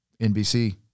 NBC